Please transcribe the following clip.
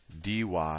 dy